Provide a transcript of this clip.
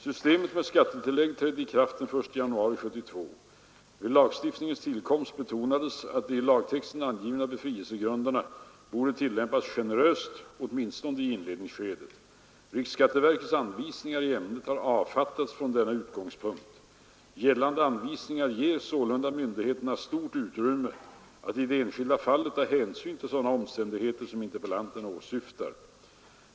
Systemet med skattetillägg trädde i kraft den 1 januari 1972. Vid lagstiftningens tillkomst betonades att de i lagtexten angivna befrielsegrunderna borde tillämpas generöst åtminstone i inledningsskedet. Riksskatteverkets anvisningar i ämnet har avfattats från denna utgångspunkt. Gällande anvisningar ger sålunda myndigheterna stort utrymme att i det enskilda fallet ta hänsyn till sådana omständigheter som interpellanten åsyftar.